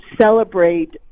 celebrate